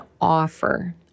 offer